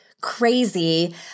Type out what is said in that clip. crazy